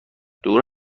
دور